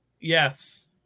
Yes